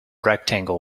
rectangle